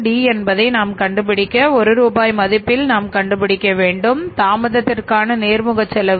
D என்பதை நாம் கண்டுபிடிக்க 1 ரூபாய் மதிப்பில் நாம் கண்டுபிடிக்கும் தாமதத்திற்கான நேர்முகத் செலவு